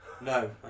No